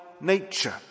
nature